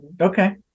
Okay